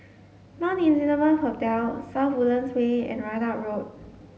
Mount Elizabeth hotel South Woodlands Way and Ridout Road